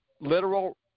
literal